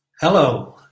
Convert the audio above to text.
Hello